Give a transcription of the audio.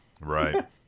Right